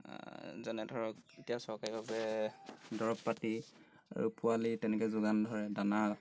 যেনে ধৰক এতিয়া চৰকাৰীভাৱে দৰৱ পাতি আৰু পোৱালি তেনেকৈ যোগান ধৰে দানা